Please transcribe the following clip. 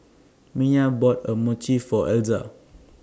Mya bought A Mochi For Elza